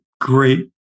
great